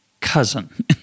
cousin